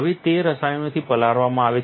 હવે તે રસાયણોથી પલાળવામાં આવે છે